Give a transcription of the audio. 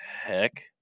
heck